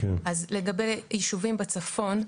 אז לגבי ישובים בצפון,